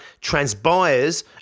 transpires